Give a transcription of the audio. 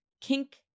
kink